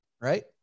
right